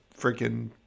freaking